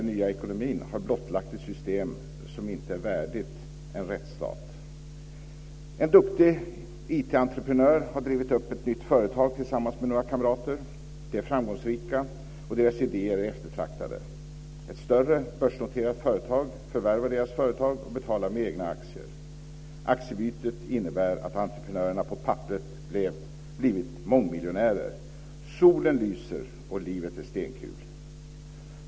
nya ekonomin har blottlagt ett system som inte är värdigt en rättsstat. En duktig IT-entreprenör har drivit upp ett nytt företag tillsammans med några kamrater. De är framgångsrika, och deras idéer är eftertraktade. Ett större börsnoterat företag förvärvar deras företag och betalar med egna aktier. Aktiebytet innebär att entreprenörerna på papperet blivit mångmiljonärer. Solen lyser, och livet är stenkul.